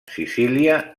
sicília